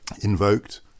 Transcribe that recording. invoked